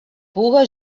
puga